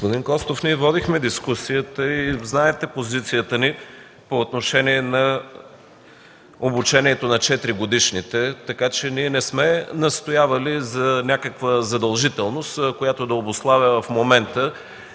Господин Костов, ние водихме дискусия и знаете позицията ни по отношение обучението на 4-годишните деца. Ние не сме настоявали за някаква задължителност, която да обуславя в момента